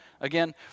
Again